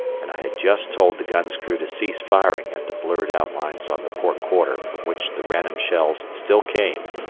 and i just told the gun's crew to cease firing at the blurred outlines on the port quarter from which the random shells still came,